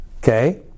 Okay